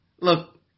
Look